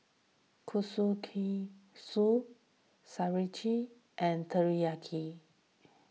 Kushikatsu Sauerkraut and Teriyaki